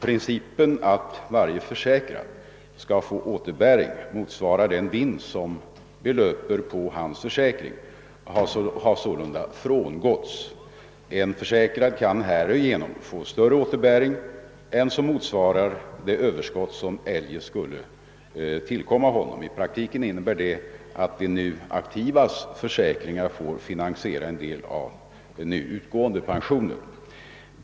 Principen att varje försäkrad skall få återbäring, motsvarande den vinst som belöper på hans försäkring, har sålunda frångåtts. En försäkrad kan härigenom få större återbäring än som motsvarar det överskott som eljest skulle tillkomma honom. I praktiken innebär detta att de nu aktivas försäkringar får finansiera en del av nu utgående pensioner.